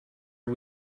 are